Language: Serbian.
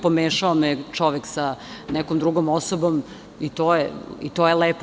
Pomešao me je čovek sa nekom drugom osobom i to je lepo.